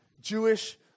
Jewish